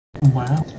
Wow